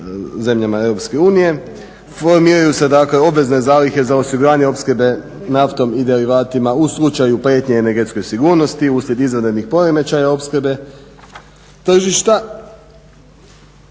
zemljama Europske unije. Formiraju se dakle obvezne zalihe za osiguranje opskrbe naftom i derivatima u slučaju prijetnje energetskoj sigurnosti uslijed izvanrednih poremećaja opskrbe tržišta